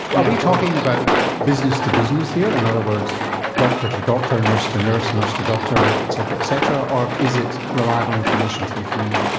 are we talking about business to business here, in and other words doctor to doctor, nurse to nurse, nurse to doctor etc etc or is it reliable information to the community?